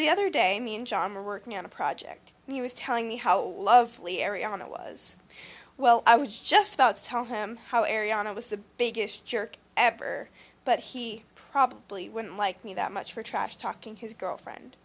the other day i mean john mayer working on a project and he was telling me how lovely area on it was well i was just about to tell him how ariane i was the biggest jerk ever but he probably wouldn't like me that much for trash talking his girlfriend